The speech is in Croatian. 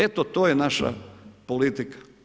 Eto, to je naša politika.